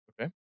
Okay